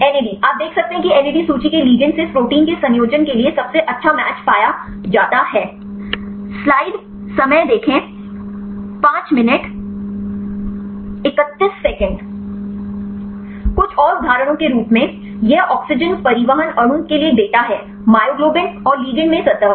NAD आप देख सकते हैं कि एनएडी इस सूची के लिगैंड्स से इस प्रोटीन के संयोजन के लिए सबसे अच्छा मैच पाया जाता है कुछ और उदाहरणों के रूप में यह ऑक्सीजन परिवहन अणु के लिए एक डेटा है माइग्लोबिन और लिगैंड में सतह